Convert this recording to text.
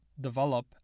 develop